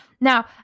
Now